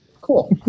Cool